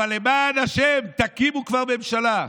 אבל למען השם, תקימו כבר ממשלה.